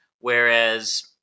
whereas